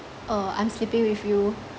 uh I'm sleeping with you